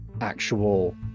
actual